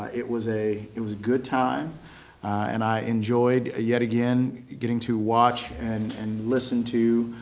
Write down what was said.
it was a it was a good time and i enjoyed yet again getting to watch and and listen to